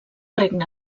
regne